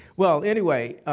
well, anyway,